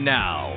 now